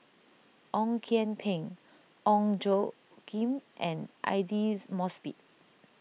Ong Kian Peng Ong Tjoe Kim and Aidli Mosbit